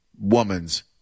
woman's